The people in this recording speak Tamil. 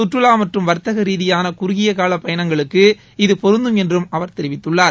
கற்றுலா மற்றும் வர்த்தக ரீதியான குறுகியகால பயணங்களுக்கு இது பொருந்தும் என்றும் அவர் தெரிவித்துள்ளார்